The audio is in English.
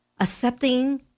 accepting